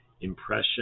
impression